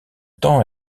temps